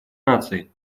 наций